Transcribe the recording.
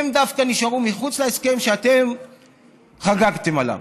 דווקא הם נשארו מחוץ להסכם שאתם חגגתם עליו.